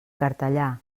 cartellà